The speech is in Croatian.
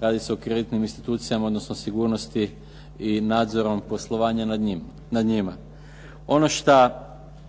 radi se o kreditnim institucijama odnosno sigurnosti i nadzorom poslovanja nad njima.